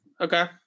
Okay